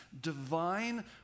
divine